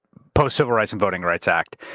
post civil rights and voting rights act.